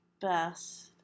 best